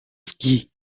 ski